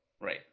right